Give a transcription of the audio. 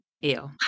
Ew